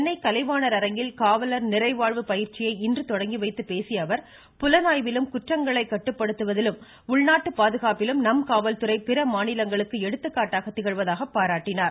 சென்னை கலைவாணர் அரங்கில் காவலர் நிறை வாழ்வு பயிற்சியை இன்று தொடங்கி வைத்து பேசிய அவர் புலனாய்விலும் குற்றங்களை கட்டுப்படுத்துவதிலும் உள்நாட்டு பாதுகாப்பிலும் நம் காவல்துறை பிற மாநிலங்களுக்கு எடுத்துக்காட்டாக திகழ்வதாகவும் பாராட்டியுள்ளார்